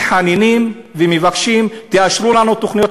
שהם מתחננים ומבקשים: תאשרו לנו תוכניות.